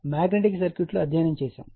magnetic circuit లో అధ్యయనం చేసాము